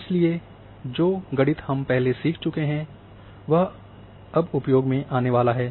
इसलिए जो गणित हम पहले सीख चुके हैं वह अब उपयोग में आने वाला है